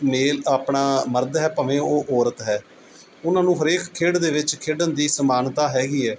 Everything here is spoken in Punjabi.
ਮੇਲ ਆਪਣਾ ਮਰਦ ਹੈ ਭਾਵੇਂ ਉਹ ਔਰਤ ਹੈ ਉਹਨਾਂ ਨੂੰ ਹਰੇਕ ਖੇਡ ਦੇ ਵਿੱਚ ਖੇਡਣ ਦੀ ਸਮਾਨਤਾ ਹੈਗੀ ਹੈ